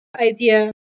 idea